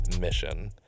mission